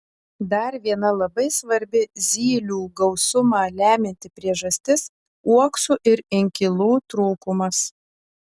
dar viena labai svarbi zylių gausumą lemianti priežastis uoksų ir inkilų trūkumas